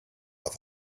auf